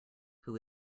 who